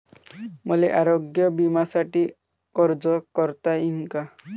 मले आरोग्य बिम्यासाठी अर्ज करता येईन का?